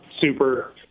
super